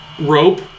rope